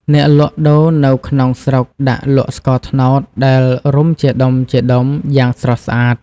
អ្នកលក់ដូរនៅក្នុងស្រុកដាក់លក់ស្ករត្នោតដែលរុំជាដុំៗយ៉ាងស្រស់ស្អាត។